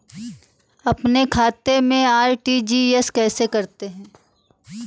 अपने खाते से आर.टी.जी.एस कैसे करते हैं?